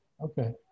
Okay